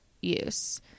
use